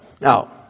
Now